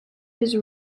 his